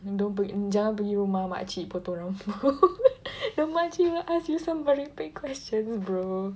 and don't jangan pergi rumah makcik potong rambut rumah cik ask merepek questions bro